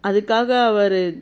அதுக்காக அவர்